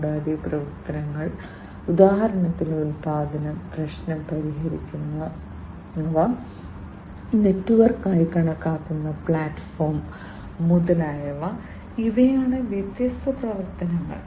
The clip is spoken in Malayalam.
കൂടാതെ പ്രവർത്തനങ്ങൾ പ്രവർത്തനങ്ങൾ ഉദാഹരണത്തിന് ഉൽപ്പാദനം പ്രശ്നം പരിഹരിക്കൽ നെറ്റ്വർക്ക് ആയി കണക്കാക്കുന്ന പ്ലാറ്റ്ഫോം മുതലായവ ഇവയാണ് വ്യത്യസ്ത പ്രവർത്തനങ്ങൾ